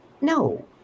No